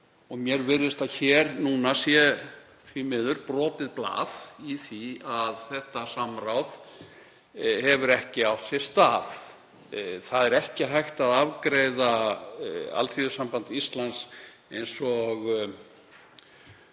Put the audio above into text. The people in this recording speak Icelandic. Mér virðist að núna sé því miður brotið blað í því að slíkt samráð hefur ekki átt sér stað. Það er ekki hægt að afgreiða Alþýðusamband Íslands eins og